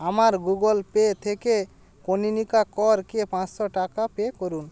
আমার Google Pay থেকে কনীনিকা করকে পাঁচশো টাকা পে করুন